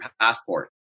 passport